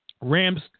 Rams